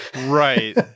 Right